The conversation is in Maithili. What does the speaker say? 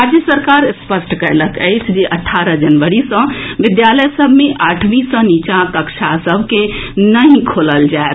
राज्य सरकार स्पष्ट कयलक अछि जे अठारह जनवरी सँ विद्यालय सभ मे आठवीं सँ नीचाक कक्षा सभ के नहि खोलल जाएत